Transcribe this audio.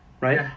right